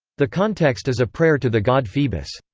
the context is a prayer to the god phoebus.